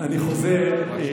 אני חוזר.